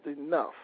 enough